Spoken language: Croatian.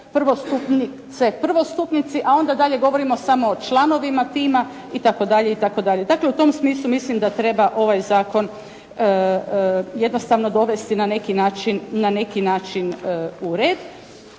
prvostupnice, prvostupnici, a onda dalje govorimo samo o članovima tima itd. itd. Dakle, u tom smislu mislim da treba ovaj zakon jednostavno dovesti na neki način u red.